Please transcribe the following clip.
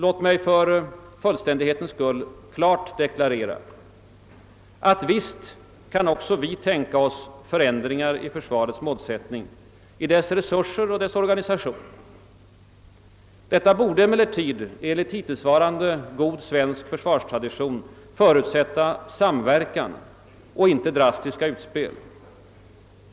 Låt mig för fullständighetens skull klart deklarera att visst kan även vi tänka oss förändringar i försvarets målsättning, i dess resurser och organisation. Detta borde emellertid, enligt hittillsvarande god svensk försvarstradition, förutsätta samverkan och inte drastiska utspel.